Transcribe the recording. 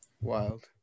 Wild